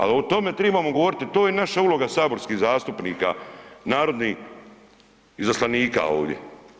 Al o tome tribamo govoriti, to je naša uloga saborskih zastupnika, narodnih izaslanika ovdje.